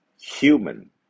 human